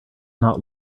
not